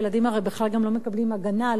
הילדים הרי בכלל לא מקבלים הגנה,